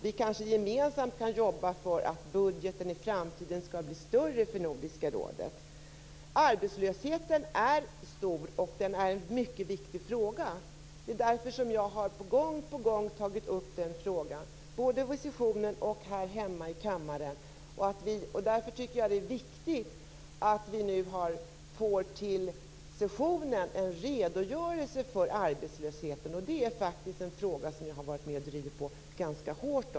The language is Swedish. Vi kanske gemensamt kan jobba för att budgeten i framtiden skall bli större för Nordiska rådet. Arbetslösheten är hög, och den är en mycket viktig fråga. Det är därför som jag gång på gång har tagit upp frågan, både vid sessionen och här hemma i kammaren. Därför tycker jag att det är viktigt att vi nu till sessionen får en redogörelse för arbetslösheten. Det är en fråga som jag har varit med och drivit ganska hårt.